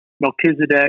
Melchizedek